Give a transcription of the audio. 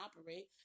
operate